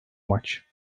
maç